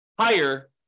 higher